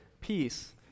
peace